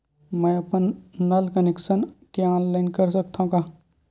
मैं अपन नल कनेक्शन के ऑनलाइन कर सकथव का?